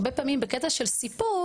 הרבה פעמים בקטע של סיפור,